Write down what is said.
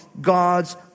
God's